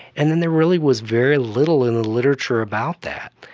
and then there really was very little in the literature about that.